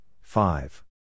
five